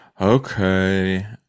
Okay